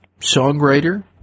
songwriter